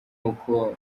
uko